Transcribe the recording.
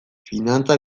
finantza